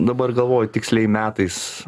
dabar galvoju tiksliai metais